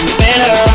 better